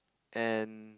and